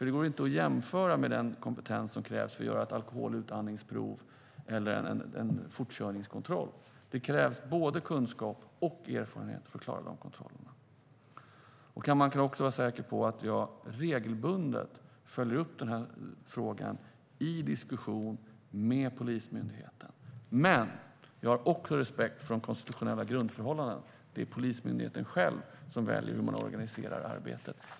Det går inte att jämföra med den kompetens som krävs för att göra ett alkoholutandningsprov eller en fortkörningskontroll. Det krävs både kunskap och erfarenhet för att klara av de här kontrollerna. Kammaren kan också vara säker på att jag regelbundet följer upp den här frågan i diskussion med Polismyndigheten. Men jag har också respekt för de konstitutionella grundförhållandena. Det är Polismyndigheten själv som väljer hur man organiserar arbetet.